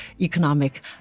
economic